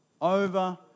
over